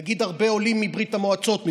נגיד הרבה עולים מברית המועצות,